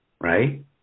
right